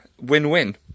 win-win